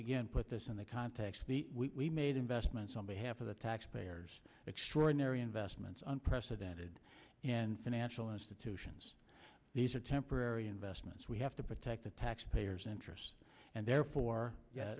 to put this in the context we made investments on behalf of the taxpayer extraordinary investments unprecedented and financial institutions these are temporary investments we have to protect the taxpayers interest and therefore